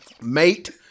Mate